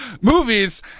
movies